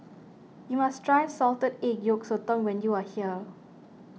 you must try Salted Egg Yolk Sotong when you are here